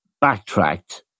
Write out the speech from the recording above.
backtracked